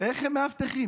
איך הם מאבטחים?